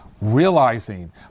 Realizing